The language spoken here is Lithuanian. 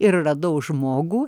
ir radau žmogų